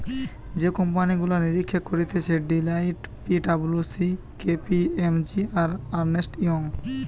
যে কোম্পানি গুলা নিরীক্ষা করতিছে Deloitte, P W C, K P M G, আর আর্নেস্ট ইয়ং